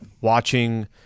Watching